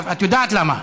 את יודעת למה?